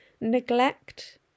neglect